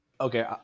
Okay